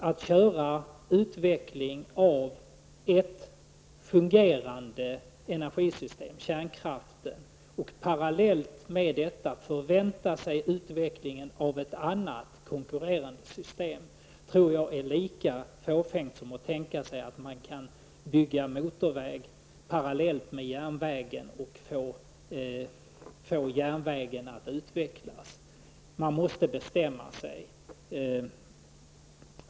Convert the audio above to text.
Att driva utvecklingen ett fungerande energisystem, kärnkraften, och parallellt med detta förvänta sig en utveckling av ett annat konkurrerande system tror jag är lika fåfängt som att tänka sig att man kan bygga motorväg parallellt med järnväg och tro att järnvägen skall utvecklas. Man måste bestämma sig.